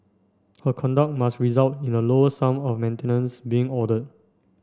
her conduct must result in a lower sum of maintenance being ordered